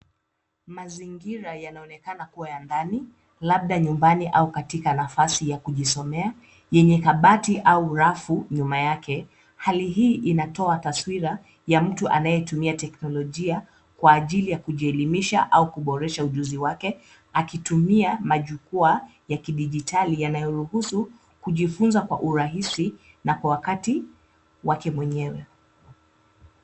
Mazingira yanaonekana kuwa ya ndani, labda nyumbani au katika nafasi ya kujisomea, yenye kabati au rafu nyuma yake. Hali hii inatoa taswira ya mtu anayetumia teknolojia kwa ajili ya kujielimisha au kuboresha ujuzi wake, akitumia majukwaa ya kidijitali yanayoruhusu kujifunza kwa urahisi, na kwa wakati wake mwenyewe.